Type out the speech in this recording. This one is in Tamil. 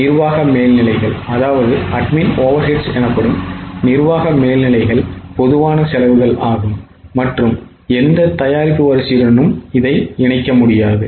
நிர்வாக மேல்நிலைகள் பொதுவான செலவுகள் ஆகும் மற்றும் எந்த தயாரிப்பு வரிசையுடன் இணைக்க முடியாது